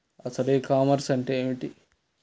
అసలు e commerce అంటే ఏమిటి?